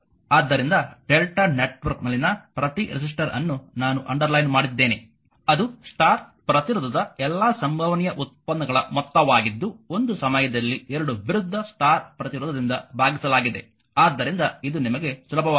ಆದ್ದರಿಂದ Δ ನೆಟ್ವರ್ಕ್ನಲ್ಲಿನ ಪ್ರತಿ ರೆಸಿಸ್ಟರ್ ಅನ್ನು ನಾನು ಅಂಡರ್ಲೈನ್ ಮಾಡಿದ್ದೇನೆ ಅದು ಸ್ಟಾರ್ ಪ್ರತಿರೋಧದ ಎಲ್ಲಾ ಸಂಭವನೀಯ ಉತ್ಪನ್ನಗಳ ಮೊತ್ತವಾಗಿದ್ದು ಒಂದು ಸಮಯದಲ್ಲಿ ಎರಡು ವಿರುದ್ಧ ಸ್ಟಾರ್ ಪ್ರತಿರೋಧದಿಂದ ಭಾಗಿಸಲಾಗಿದೆ ಆದ್ದರಿಂದ ಇದು ನಿಮಗೆ ಸುಲಭವಾಗಿದೆ